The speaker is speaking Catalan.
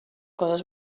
coses